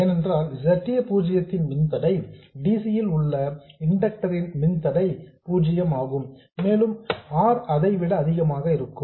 ஏனென்றால் Z a பூஜ்ஜியத்தின் மின்தடை dc ல் உள்ள இண்டக்டர் ன் மின்தடை பூஜ்யம் ஆகும் மேலும் R அதைவிட அதிகமாக இருக்கும்